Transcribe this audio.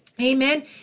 Amen